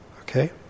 okay